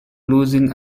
losing